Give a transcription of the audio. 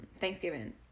thanksgiving